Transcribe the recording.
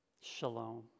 Shalom